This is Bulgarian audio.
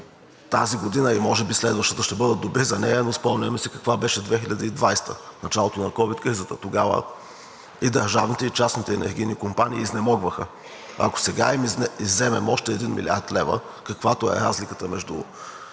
Тази година и може би следващата ще бъдат добри за нея, но спомняме си каква беше 2020 г., в началото на ковид кризата. Тогава и държавните, и частните енергийни компании изнемогваха. Ако сега им изземем още 1 млрд. лв., каквато е разликата между